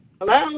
Hello